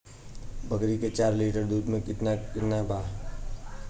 बकरी के चार लीटर दुध के किमत केतना बा?